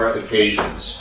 occasions